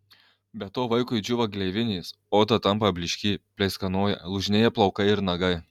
be to vaikui džiūva gleivinės oda tampa blykši pleiskanoja lūžinėja plaukai ir nagai